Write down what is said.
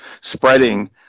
spreading